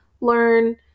learn